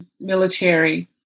military